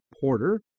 porter